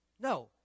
No